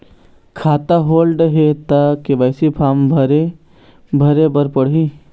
खाता होल्ड हे ता के.वाई.सी फार्म भरे भरे बर पड़ही?